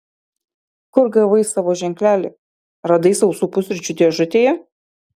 kur gavai savo ženklelį radai sausų pusryčių dėžutėje